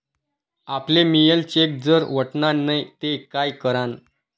आपले मियेल चेक जर वटना नै ते काय करानं?